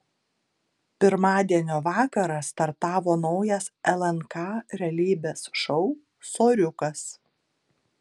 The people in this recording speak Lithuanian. pirmadienio vakarą startavo naujas lnk realybės šou soriukas